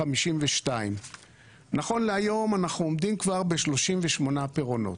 52. נכון להיום אנחנו עומדים כבר ב-38 פירעונות.